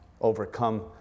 overcome